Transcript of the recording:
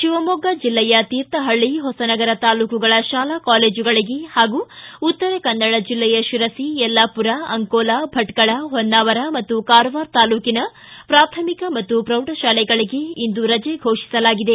ಶಿವಮೊಗ್ಗ ಜಿಲ್ಲೆಯ ತೀರ್ಥಹಳ್ಳಿ ಹೊಸನಗರ ತಾಲೂಕುಗಳ ಶಾಲಾ ಕಾಲೇಜುಗಳಿಗೆ ಹಾಗೂ ಉತ್ತರಕನ್ನಡ ಜಿಲ್ಲೆಯ ಶಿರಸಿ ಯಲ್ಲಾಮರ ಅಂಕೋಲ ಭಟ್ಕಳ ಹೊನ್ನಾವರ ಮತ್ತು ಕಾರವಾರ ತಾಲ್ಲೂಕಿನ ಪ್ರಾಥಮಿಕ ಮತ್ತು ಪ್ರೌಢ ಶಾಲೆಗಳಿಗೆ ಇಂದು ರಜೆ ಘೋಷಿಸಲಾಗಿದೆ